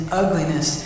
ugliness